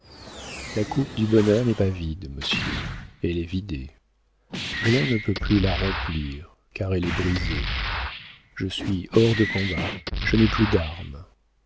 la coupe du bonheur n'est pas vide monsieur elle est vidée rien ne peut plus la remplir car elle est brisée je suis hors de combat je n'ai plus d'armes